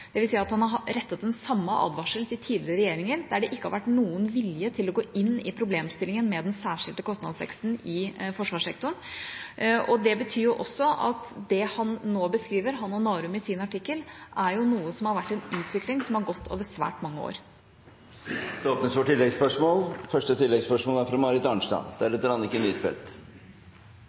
at han har rettet den samme advarselen til den tidligere regjeringen, der det ikke har vært noen vilje til å gå inn i problemstillingen med den særskilte kostnadsveksten i forsvarssektoren. Det betyr jo også at det han og Narum beskriver i sin artikkel, er en utvikling som har gått over svært mange år. Det åpnes for oppfølgingsspørsmål – først Marit Arnstad. Det er